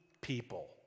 people